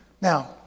Now